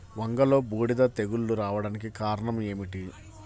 వంగలో బూడిద తెగులు రావడానికి కారణం ఏమిటి?